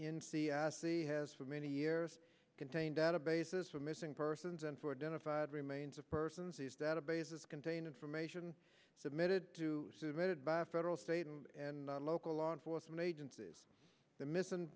c has for many years contain databases for missing persons and for dinner five remains of persons these databases contain information submitted to submitted by federal state and local law enforcement agencies the miss